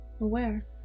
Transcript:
aware